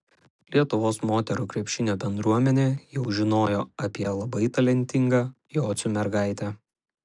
lietuvos moterų krepšinio bendruomenė jau žinojo apie labai talentingą jocių mergaitę